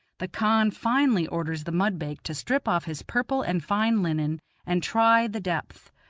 the khan finally orders the mudbake to strip off his purple and fine linen and try the depth.